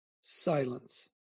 silence